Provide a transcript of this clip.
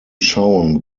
shown